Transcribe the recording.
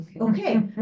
okay